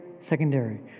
secondary